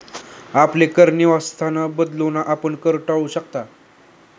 आपले कर निवासस्थान बदलून, आपण कर टाळू शकता